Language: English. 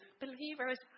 believers